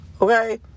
okay